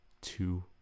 two